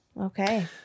Okay